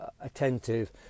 attentive